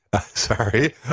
Sorry